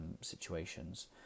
situations